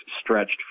stretched